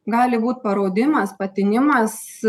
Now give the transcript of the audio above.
gali būt paraudimas patinimas